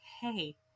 hey